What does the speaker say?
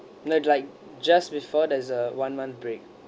you know like just before there's a one month break